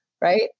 right